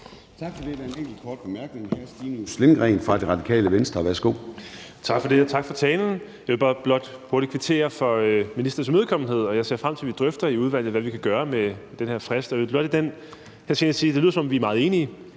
Tak for det, og tak for talen. Jeg vil blot hurtigt kvittere for ministerens imødekommenhed, og jeg ser frem til, at vi i udvalget drøfter, hvad vi kan gøre med den her frist, og jeg vil i den henseende